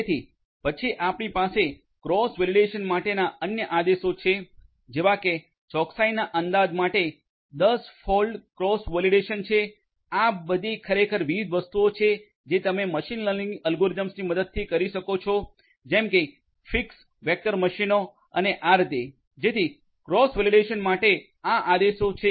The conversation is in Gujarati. જેથી પછી આપણી પાસે ક્રોસ વેલિડેશન માટેના અન્ય આદેશો છે જેવા કે ચોકસાઈના અંદાજ માટે 10 ફોલ્ડ ક્રોસ વેલિડેશન છે